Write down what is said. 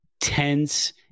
tense